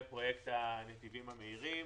פרויקט הנתיבים המהירים.